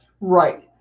Right